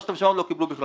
3,700 לא קיבלו בכלל.